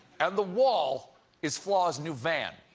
and the wall is flaw's new van.